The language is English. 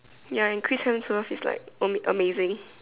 ya and Chris Hemsworth is like ama~ amazing